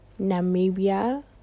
Namibia